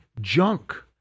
junk